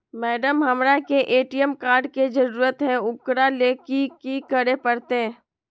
Madam, हमरा के ATM card के जरूरत है ऊकरा ले की की करे परते?